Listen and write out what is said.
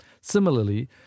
Similarly